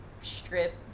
strip